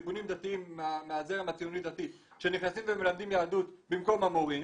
ארגונים דתיים מהזרם הציוני-דתי שנכנסים ומלמדים יהדות במקום המורים,